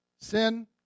Sin